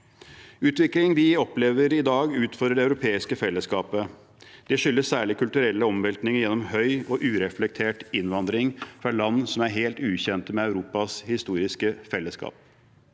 Utviklingen vi opplever i dag, utfordrer det europeiske fellesskapet. Det skyldes særlig kulturelle omveltninger gjennom høy og ureflektert innvandring fra land som er helt ukjente med Europas historiske fellesskap.